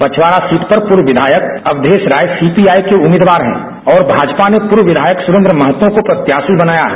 Bachhwara seat पर पूर्व विधायक अवधेश राय सीपीआई के उम्मीदवार है और भाजपा ने पूर्व विधायक सुरेंद्र मेहता को प्रत्याशी बनाया है